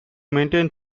maintain